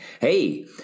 hey